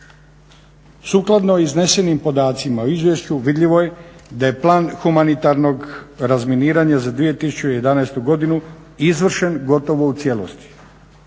Sukladno iznesenim podacima u izvješću vidljivo je da je Plan humanitarnog razminiranja za 2011. godinu izvršen gotovo u cijelosti.